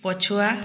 ପଛୁଆ